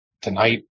tonight